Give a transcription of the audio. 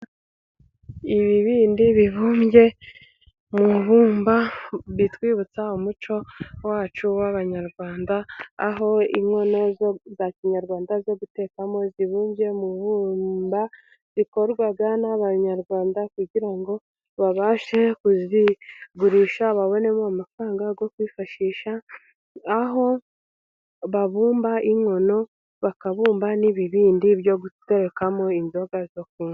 Ibibindi bibumbye mu ibumba bitwibutsa umuco wacu w' abanyarwanda, aho inkono zo za kinyarwanda zo gutekamo zibumbye mu ibumba zikorwa n' abanyarwanda, kugira ngo babashe kuzigurisha babonemo amafaranga yo kwifashisha, aho babumba inkono, bakabumba n' ibibindi byo guterekamo inzoga zo kunywa.